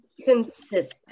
consistent